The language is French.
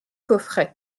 coffret